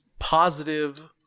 Positive